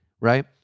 right